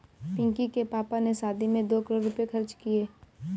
पिंकी के पापा ने शादी में दो करोड़ रुपए खर्च किए